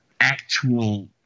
actual